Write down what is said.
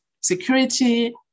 security